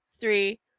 three